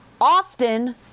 often